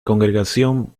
congregación